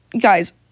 Guys